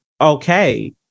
okay